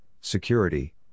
security